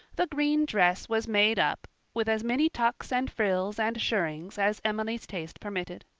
the green dress was made up with as many tucks and frills and shirrings as emily's taste permitted.